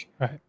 right